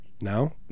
Now